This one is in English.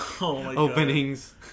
openings